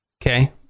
okay